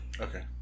okay